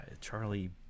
Charlie